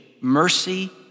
mercy